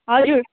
हजुर